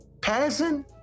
passing